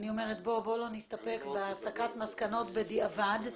בואו לא נסתפק בהסקת מסקנות בדיעבד,